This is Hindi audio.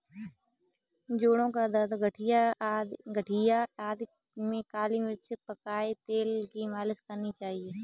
जोड़ों का दर्द, गठिया आदि में काली मिर्च में पकाए तेल की मालिश करना चाहिए